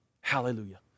Hallelujah